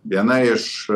viena iš